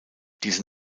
diese